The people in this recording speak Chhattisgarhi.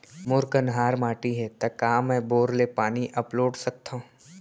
मोर कन्हार माटी हे, त का मैं बोर ले पानी अपलोड सकथव?